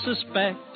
suspect